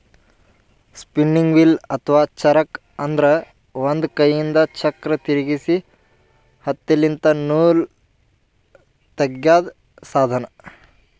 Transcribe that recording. spinning wheel ಅಥವಾ ಚರಕ ಅಂದ್ರ ಒಂದ್ ಕೈಯಿಂದ್ ಚಕ್ರ್ ತಿರ್ಗಿಸಿ ಹತ್ತಿಲಿಂತ್ ನೂಲ್ ತಗ್ಯಾದ್ ಸಾಧನ